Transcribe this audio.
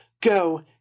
Go